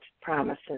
promises